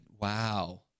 Wow